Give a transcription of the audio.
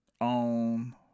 on